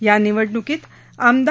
या निवडणूकीत आमदार